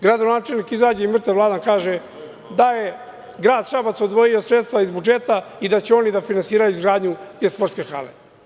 Gradonačelnik izađe i mrtav hladan kaže da je grad Šabac odvojio sredstva iz budžeta i da će oni da finansiraju izgradnju te sportske hale.